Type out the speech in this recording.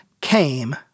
came